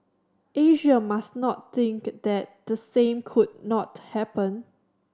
Asia must not think that the same could not happen